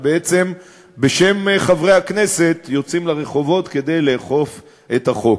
ובעצם בשם חברי הכנסת יוצאים לרחובות כדי לאכוף את החוק.